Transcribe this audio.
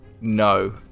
No